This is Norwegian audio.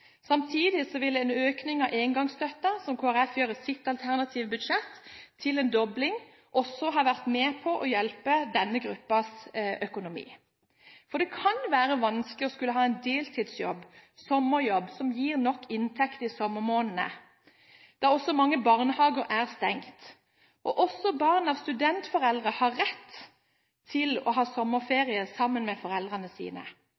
en økning av engangsstøtten, som Kristelig Folkeparti gjør i sitt alternative budsjett, en dobling, også ha vært med på å hjelpe denne gruppens økonomi. Det kan være vanskelig å skulle ha en deltidsjobb eller sommerjobb som gir nok inntekt i sommermånedene, da også mange barnehager er stengt. Også barn av studentforeldre har rett til å ha sommerferie sammen med foreldrene sine.